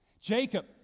Jacob